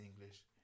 English